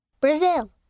Brazil